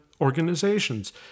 organizations